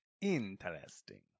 Interesting